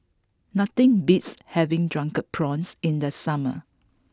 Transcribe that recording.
nothing beats having Drunken Prawns in the summer